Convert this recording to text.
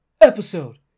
episode